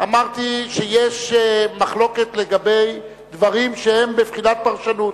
אמרתי שיש מחלוקת לגבי דברים שהם בבחינת פרשנות,